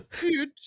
dude